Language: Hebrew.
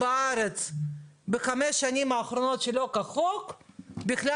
את אמרת את זה כאפשרות ואני בטוח שהעלית את זה כאפשרות תיאורטית.